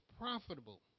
profitable